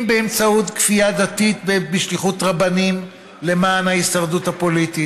אם באמצעות כפייה דתית בשליחות רבנים למען הישרדות פוליטית,